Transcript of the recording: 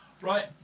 Right